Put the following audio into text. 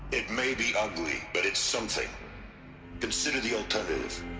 it may be ugly, but it's something consider the alternative